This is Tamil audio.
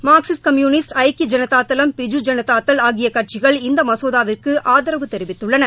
மார்க்சிஸ்ட் கம்யூனிஸ்ட் ஐக்கிய ஜனதா தளம் பிஜூ ஜனதா தள் ஆகிய கட்சிகள் இந்த மசோதூவிற்கு ஆதரவு தெரிவித்துள்ளன